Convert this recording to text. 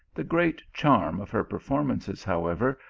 the great charm of her per formances, however,